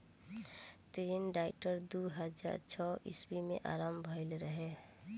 ऋण डाइट दू हज़ार छौ ईस्वी में आरंभ भईल रहे